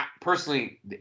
Personally